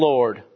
Lord